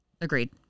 Agreed